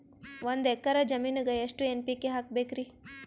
ಒಂದ್ ಎಕ್ಕರ ಜಮೀನಗ ಎಷ್ಟು ಎನ್.ಪಿ.ಕೆ ಹಾಕಬೇಕರಿ?